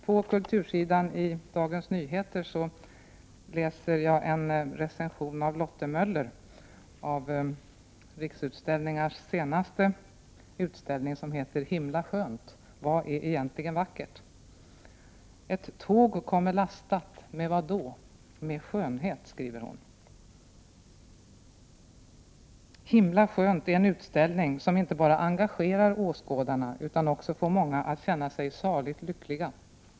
På kultursidan i Dagens Nyheter i dag läser jag en recension av Lotte Möller av Riksutställningars senaste utställning, som heter ”Himla skönt. Vad är egentligen vackert?” Lotte Möller skriver: ”Ett tåg kommer lastat. Med vadå? Med skönhet. ”Himla skönt” är en utställning som inte bara engagerar åskådarna utan också får många att känna sig saligt lyckliga.